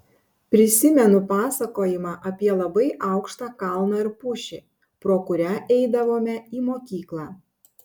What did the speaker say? prisimenu pasakojimą apie labai aukštą kalną ir pušį pro kurią eidavome į mokyklą